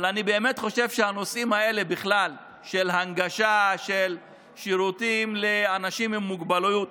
אני באמת חושב שהנושאים של הנגשה ושל שירותים לאנשים עם מוגבלות,